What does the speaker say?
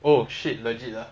oh shit legit ah